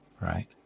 right